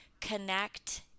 connect